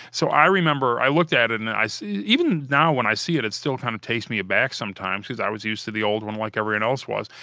so i remember i looked at it, and i see, even now when i see it, it still kind of takes me aback sometimes because i was used to the old one like everyone else was.